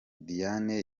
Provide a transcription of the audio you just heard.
diane